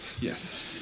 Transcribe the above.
Yes